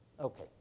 Okay